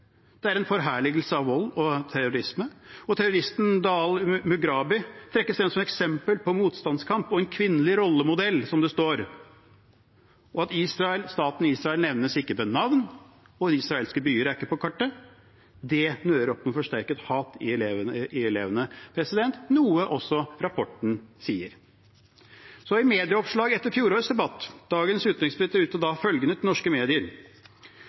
Det er en forherligelse av vold og terrorisme, og terroristen Dalal Mughrabi trekkes frem som eksempel på motstandskamp og en kvinnelig rollemodell, som det står. Staten Israel nevnes ikke ved navn, og israelske byer er ikke på kartet. Det nører opp under et forsterket hat i elevene, noe også rapporten sier. I et medieoppslag etter debatten i forfjor ytret dagens utenriksminister følgende til norske medier: